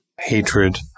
hatred